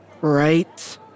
Right